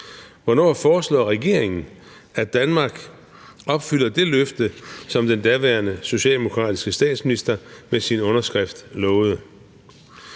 Hvornår foreslår regeringen at Danmark skal opfylde det løfte, som den daværende socialdemokratiske statsminister ved sin underskrift lovede?